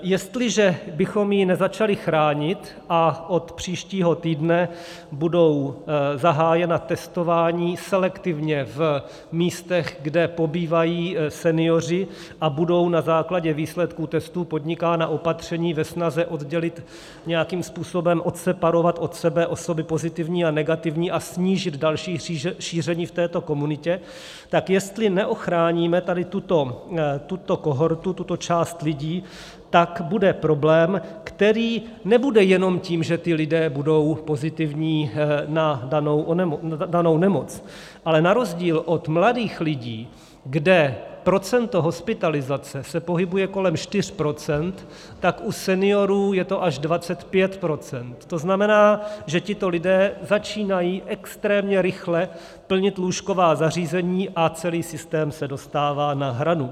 Jestliže bychom ji nezačali chránit, a od příštího týdne budou zahájena testování selektivně v místech, kde pobývají senioři, a budou na základě výsledků testů podnikána opatření ve snaze oddělit nějakým způsobem, odseparovat od sebe osoby pozitivní a negativní a snížit další šíření v této komunitě, tak jestli neochráníme tuto kohortu, tuto část lidí, tak bude problém, který nebude jenom ten, že ti lidé budou pozitivní na danou nemoc, ale na rozdíl od mladých lidí, kde se procento hospitalizace pohybuje kolem 4 %, tak u seniorů je to až 25 %, to znamená, že tito lidé začínají extrémně rychle plnit lůžková zařízení a celý systém se dostává na hranu.